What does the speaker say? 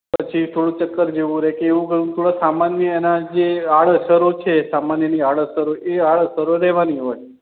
કે પછી થોડું ચક્કર જેવું રહે કે એવું ખરું થોડી સામાન્ય એનાં જે આડઅસરો છે સામાન્ય એની આડઅસરો એ આડઅસરો રહેવાની હોય